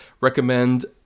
recommend